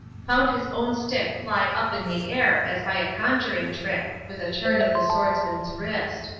found his own stick fly up in the air as by a conjuring trick, with a turn of the swordsman's wrist.